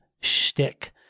Shtick